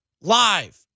Live